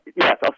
Yes